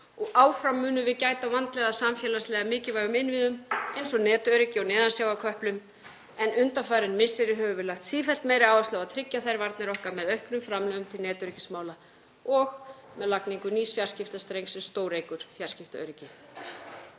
Áfram munum við gæta vandlega að samfélagslega mikilvægum innviðum eins og netöryggi og neðansjávarköplum, en undanfarin misseri höfum við lagt sífellt meiri áherslu á að tryggja þær varnir okkar með auknum framlögum til netöryggismála og með lagningu nýs fjarskiptastrengs sem stóreykur fjarskiptaöryggi.